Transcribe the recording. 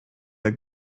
are